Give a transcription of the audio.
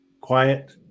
Quiet